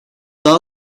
daha